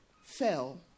fell